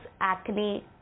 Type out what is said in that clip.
acne